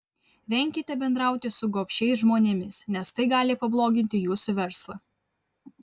venkite bendrauti su gobšiais žmonėmis nes tai gali pabloginti jūsų verslą